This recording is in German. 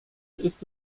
ist